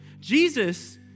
Jesus